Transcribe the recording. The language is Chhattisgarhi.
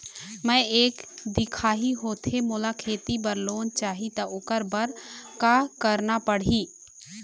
मैं एक दिखाही होथे मोला खेती बर लोन चाही त ओकर बर का का करना पड़ही?